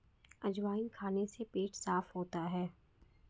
अजवाइन खाने से पेट साफ़ होता है